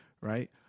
right